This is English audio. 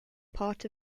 part